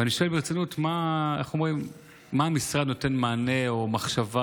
ואני שואל ברצינות: איך המשרד נותן מענה או מחשבה